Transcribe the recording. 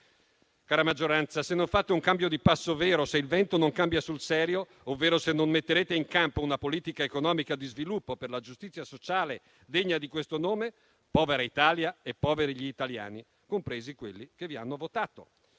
Cara maggioranza, se non fate un cambio di passo vero, se il vento non cambia sul serio, ovvero se non metterete in campo una politica economica di sviluppo per la giustizia sociale degna di questo nome, povera Italia e poveri gli italiani, compresi quelli che vi hanno votato.